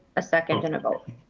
a second and a vote.